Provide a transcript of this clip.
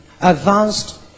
advanced